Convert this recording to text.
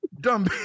Dumb